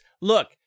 Look